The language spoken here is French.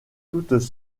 toutes